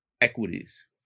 equities